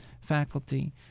faculty